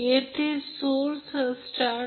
म्हणून Ia VanZy 110 angle 0°15 j6 6